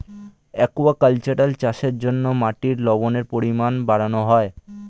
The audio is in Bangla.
অ্যাকুয়াকালচার চাষের জন্য মাটির লবণের পরিমাণ বাড়ানো হয়